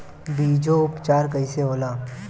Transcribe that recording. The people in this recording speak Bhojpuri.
बीजो उपचार कईसे होला?